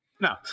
No